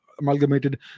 amalgamated